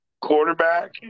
quarterback